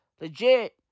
Legit